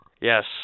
Yes